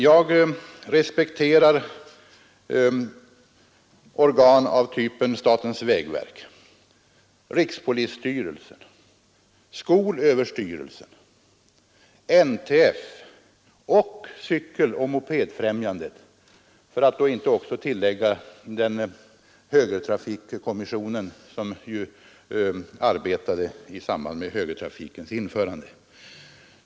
Jag respekterar organ av typen statens vägverk, rikspolisstyrelsen, skolöverstyrelsen, NTF och Cykeloch mopedfrämjandet — för att inte tillägga högertrafikkommissionen, som arbetade i samband med högertrafikens införande.